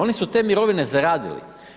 Oni su te mirovine zaradili.